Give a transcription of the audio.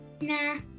nah